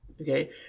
okay